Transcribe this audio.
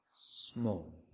small